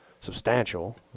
substantial